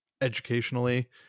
educationally